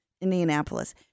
Indianapolis